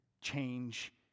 change